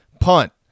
punt